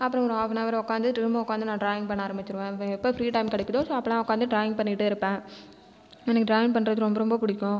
அப்புறம் ஒரு ஆஃபனவர் உட்கார்ந்து திரும்பவும் உட்கார்ந்து நான் ட்ராயிங் பண்ண ஆரம்பித்து விடுவேன் எப்பொழுது ஃப்ரீ டைம் கிடைக்தோ அப்போலாம் உட்கார்ந்து ட்ராயிங் பண்ணிகிட்டு இருப்பேன் எனக்கு ட்ராயிங் பண்ணுவது ரொம்ப ரொம்ப பிடிக்கும்